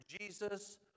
Jesus